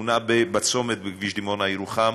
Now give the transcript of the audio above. תאונה בצומת בכביש דימונה ירוחם,